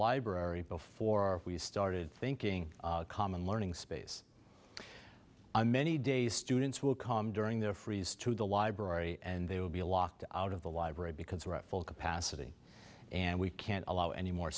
library before we started thinking common learning space a many days students will come during their freeze to the library and they will be locked out of the library because we're at full capacity and we can't allow any more